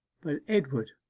but, edward,